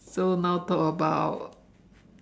so now talk about